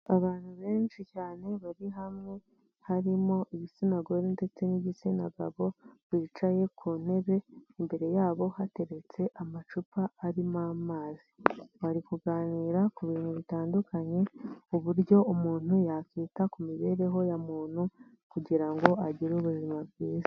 Abantu benshi cyane bari hamwe harimo ibitsina gore ndetse n'igitsina gabo bicaye ku ntebe, imbere yabo hateretse amacupa arimo amazi bari kuganira ku bintu bitandukanye, uburyo umuntu yakwita ku mibereho ya muntu kugira ngo agire ubuzima bwiza.